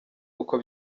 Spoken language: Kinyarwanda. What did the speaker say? uko